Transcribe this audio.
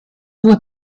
due